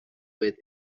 بهت